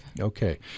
Okay